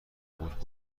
بود